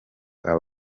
abo